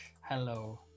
Hello